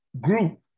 group